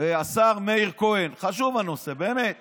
השר מאיר כהן, הנושא באמת חשוב.